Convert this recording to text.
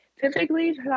typically